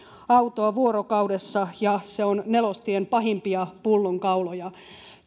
autoa vuorokaudessa ja se on nelostien pahimpia pullonkauloja